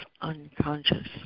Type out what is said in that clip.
unconscious